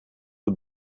the